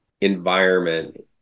environment